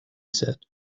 said